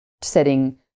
setting